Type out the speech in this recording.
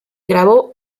grabó